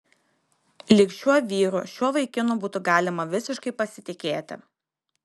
lyg šiuo vyru šiuo vaikinu būtų galima visiškai pasitikėti